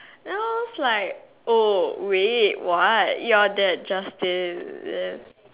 then I was like oh wait what you're that Justin ya